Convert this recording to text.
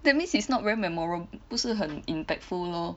that means it's not very memorab~ 不是很 impactful lor